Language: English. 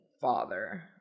father